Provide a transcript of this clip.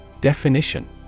Definition